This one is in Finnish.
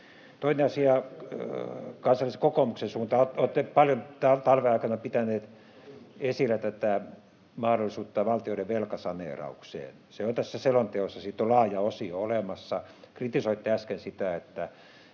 Toinen asia Kansallisen Kokoomuksen suuntaan. Olette paljon tämän talven aikana pitäneet esillä mahdollisuutta valtioiden velkasaneeraukseen. Se on tässä selonteossa, siitä on laaja osio olemassa. Kritisoitte äsken sitä